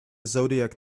zodiac